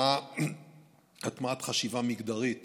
הטמעת חשיבה מגדרית